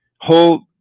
whole